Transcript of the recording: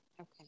Okay